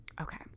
okay